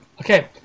Okay